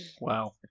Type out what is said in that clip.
Wow